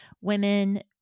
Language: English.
women